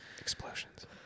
explosions